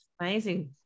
amazing